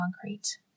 concrete